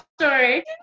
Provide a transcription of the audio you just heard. story